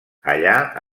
allà